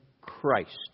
Christ